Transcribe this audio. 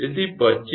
તેથી 25